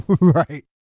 Right